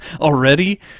Already